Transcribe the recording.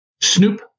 Snoop